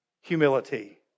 humility